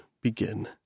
begin